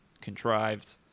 contrived